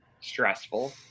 stressful